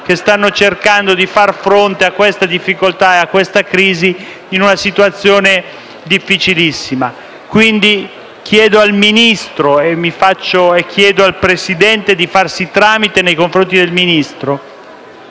che stanno cercando di far fronte a questa difficoltà e a questa crisi in un contesto difficilissimo. Chiedo quindi al Ministro di intervenire e al Presidente di farsi tramite nei confronti del Ministro